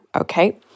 okay